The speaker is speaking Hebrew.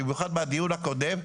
במיוחד מהדיון הקודם,